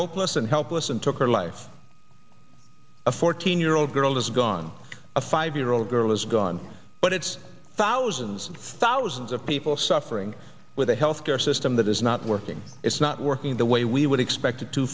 hopeless and helpless and took her life a fourteen year old girl is gone a five year old girl is gone but it's thousands and thousands of people suffering with a health care system that is not working it's not working the way we would expect it to